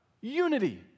Unity